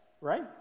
right